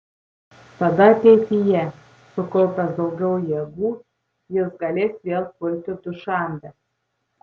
tada ateityje sukaupęs daugiau jėgų jis galės vėl pulti dušanbę